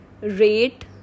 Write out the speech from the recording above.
rate